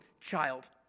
child